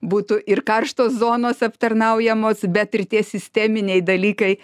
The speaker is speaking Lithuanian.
būtų ir karštos zonos aptarnaujamos bet ir tie sisteminiai dalykai